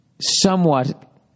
somewhat